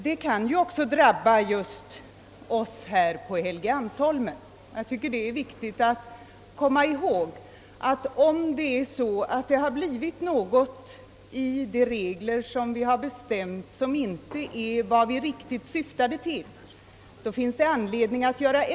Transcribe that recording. Sådant kan drabba också oss på Helgeandsholmen. Jag tycker det är viktigt att understryka att det finns anledning vidtaga rättelse, om någon av de regler som vi infört inte riktigt blivit vad vi syftade till.